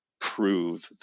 prove